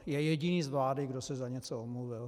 Je jediný z vlády, kdo se za něco omluvil.